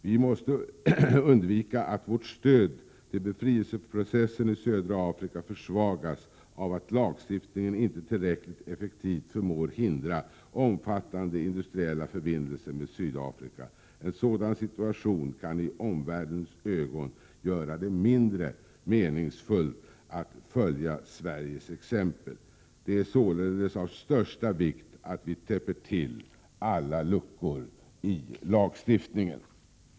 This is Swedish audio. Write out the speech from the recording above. Vi måste undvika att vårt stöd till befrielseprocessen i Södra Afrika försvagas av att lagstiftningen inte tillräckligt effektivt förmår hindra omfattande industriella förbindelser med Sydafrika. En sådan situation kan i omvärldens ögon göra det mindre meningsfullt att följa Sveriges exempel. Det är således av största vikt att vi täpper till alla luckor i lagstiftningen.